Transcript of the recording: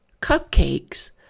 cupcakes